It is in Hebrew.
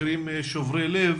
מקרים שוברי לב,